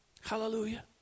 Hallelujah